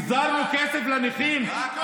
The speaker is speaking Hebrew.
פיזרנו כסף לנכים,